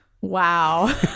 Wow